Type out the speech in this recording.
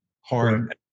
hard